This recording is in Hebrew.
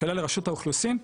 שאלה לרשות האוכלוסין,